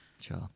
Sure